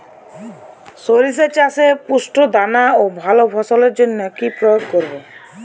শরিষা চাষে পুষ্ট দানা ও ভালো ফলনের জন্য কি প্রয়োগ করব?